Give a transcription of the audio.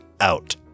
out